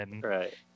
Right